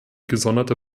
gesonderte